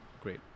great